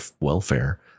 welfare